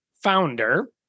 founder